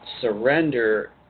surrender